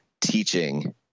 teaching